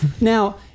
Now